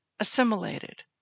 assimilated